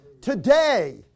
Today